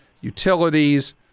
utilities